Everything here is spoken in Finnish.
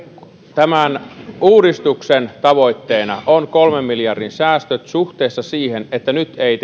tämän uudistuksen tavoitteena on kolmen miljardin säästöt suhteessa siihen että nyt ei